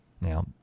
Now